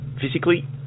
Physically